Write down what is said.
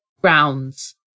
grounds